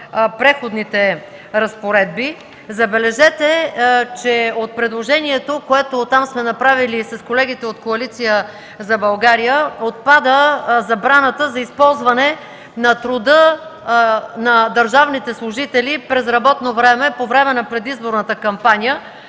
Преходните разпоредби. Забележете, че от предложението, което сме направили с колегите от Коалиция за България, отпада забраната за използване на труда на държавните служители през работно време в периода на предизборната кампания,